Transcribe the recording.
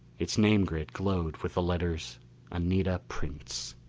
its name-grid glowed with the letters anita prince.